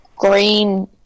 Green